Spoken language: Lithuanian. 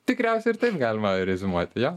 tikriausiai ir taip galima reziumuoti jo